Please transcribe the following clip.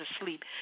asleep